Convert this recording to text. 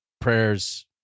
prayers